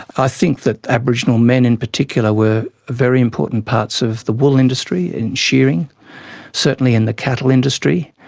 i think that aboriginal men in particular were very important parts of the wool industry, in shearing certainly in the cattle industry,